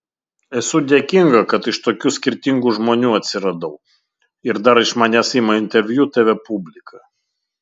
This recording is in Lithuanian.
esu dėkinga kad iš tokių skirtingų žmonių atsiradau ir dar iš manęs ima interviu tv publika